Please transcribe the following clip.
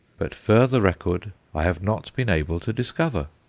but further record i have not been able to discover.